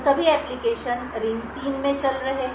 तो सभी application ring 3 में चल रहे हैं